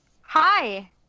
Hi